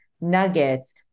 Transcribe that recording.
nuggets